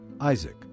Isaac